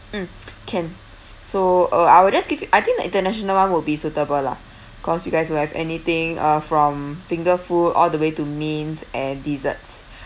mm can so uh I will just give you I think the international one will be suitable lah cause you guys will have anything uh from finger food all the way to mains and desserts